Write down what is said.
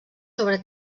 sobre